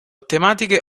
tematiche